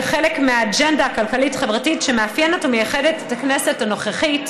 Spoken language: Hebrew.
כחלק מהאג'נדה הכלכלית-חברתית שמאפיינת ומייחדת את הכנסת הנוכחית.